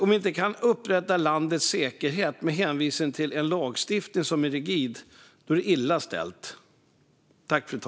Om vi inte kan upprätthålla landets säkerhet, med hänvisning till rigid lagstiftning, då är det illa ställt.